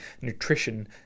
nutrition